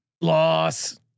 Loss